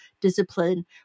discipline